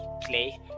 play